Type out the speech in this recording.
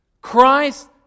Christ